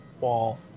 wall